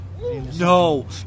No